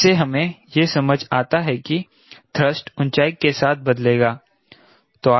इससे हमें यह समझ आता है कि थ्रस्ट ऊंचाई के साथ बदलेगा